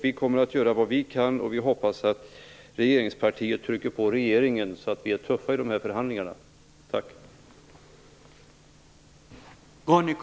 Vi kommer att göra vad vi kan, och vi hoppas att regeringspartiet trycker på regeringen, så att vi kan vara tuffa i dessa förhandlingar. Tack!